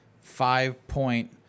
five-point